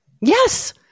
Yes